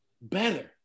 Better